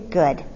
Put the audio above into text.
good